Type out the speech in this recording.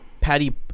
Patty